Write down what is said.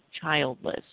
childless